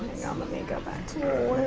let me go back to,